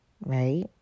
right